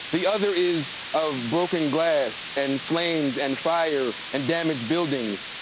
the other is of broken glass and flames and fire and damaged buildings.